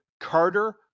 Carter